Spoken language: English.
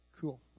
cool